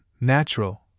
natural